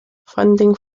funding